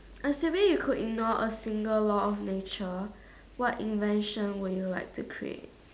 assuming you could ignore a single law of nature what invention would like to create